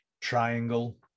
triangle